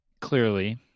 clearly